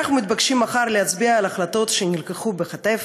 אנחנו מתבקשים להצביע מחר על החלטות שנלקחו בחטף,